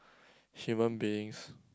human beings